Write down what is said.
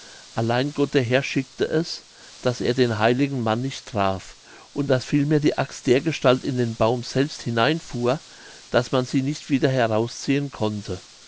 allein gott der herr schickte es daß er den heiligen mann nicht traf und daß vielmehr die axt dergestalt in den baum selbst hineinfuhr daß man sie nicht wieder herausziehen konnte